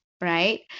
right